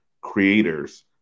creators